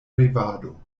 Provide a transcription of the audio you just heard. revado